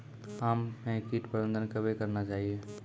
आम मे कीट प्रबंधन कबे कबे करना चाहिए?